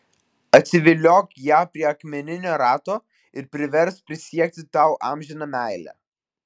atsiviliok ją prie akmeninio rato ir priversk prisiekti tau amžiną meilę